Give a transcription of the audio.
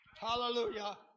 Hallelujah